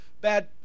bad